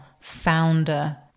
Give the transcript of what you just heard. founder